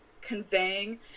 conveying